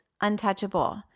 untouchable